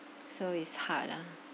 so is hard lah